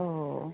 অঁ